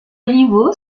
rivaux